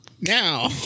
now